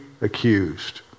accused